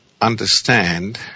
understand